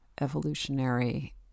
Evolutionary